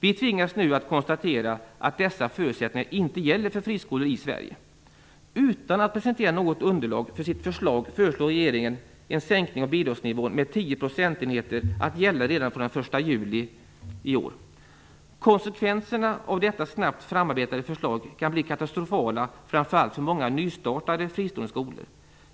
Vi tvingas nu att konstatera att dessa förutsättningar inte gäller för friskolor i Sverige. Utan att presentera något underlag för sitt förslag föreslår regeringen en sänkning av bidragsnivån med tio procentenheter att gälla redan från den 1 juli i år. Konsekvenserna av detta snabbt framarbetade förslag kan bli katastrofala, framför allt på många nystartade fristående skolor.